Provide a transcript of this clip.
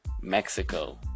Mexico